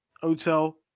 hotel